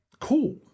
cool